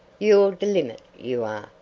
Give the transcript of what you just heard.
you're de limit, you are.